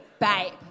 babe